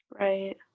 Right